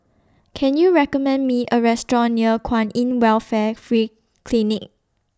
Can YOU recommend Me A Restaurant near Kwan in Welfare Free Clinic